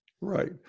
Right